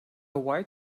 white